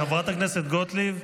חברת הכנסת גוטליב,